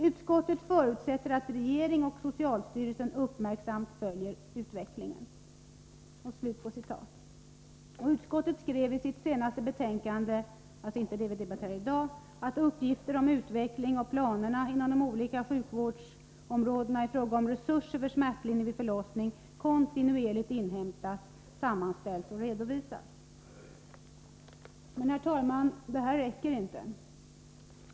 Utskottet förutsätter att regering och socialstyrelsen uppmärksamt följer utvecklingen.” Utskottet skrev i sitt senaste betänkande — alltså inte det som vi debatterar i dag— att uppgifter om utvecklingen och planerna inom de olika sjukvårdsområdena i fråga om resurser för smärtlindring vid förlossning kontinuerligt inhämtas, sammanställs och redovisas. Men, herr talman, det räcker inte.